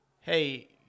hey